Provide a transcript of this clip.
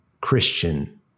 Christian